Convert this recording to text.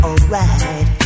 Alright